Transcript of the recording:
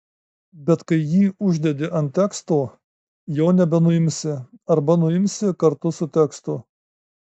bet kai jį uždedi ant teksto jau nebenuimsi arba nuimsi kartu su tekstu